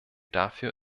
dafür